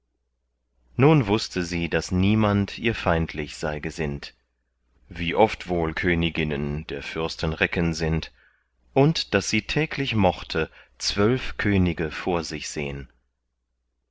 nun wußte sie daß niemand ihr feindlich sei gesinnt wie oft wohl königinnen der fürsten recken sind und daß sie täglich mochte zwölf könige vor sich sehn